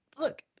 look